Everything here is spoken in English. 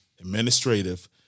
administrative